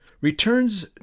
returns